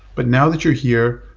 but now that you're here,